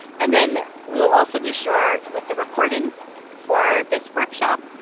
and then we will also be sure, with the recording for this workshop,